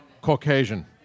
Caucasian